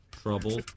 trouble